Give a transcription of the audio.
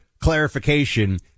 clarification